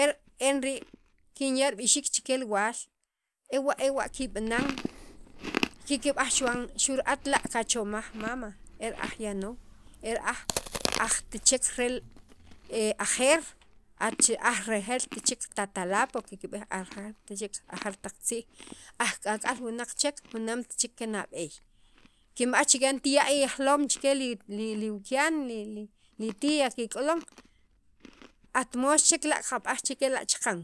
e re'en rii' kinya' rib'ixiik chikya li wal ewa' ewa' kib'anan kikb'aj chuwan xu' ra'at kachomaj mama e ra'aj ya no e ra'aj aj ret chek re ajeer at aj rejeelt che tatarapo' ajaar taq tziij aj k'aka'l wunaq chek junaamt chek nab'eey kinb'aj chikyan tiya' ijoloom cheli wukyan li tia kik'ulun at moox chek la' kab'aj chekkela' chaqan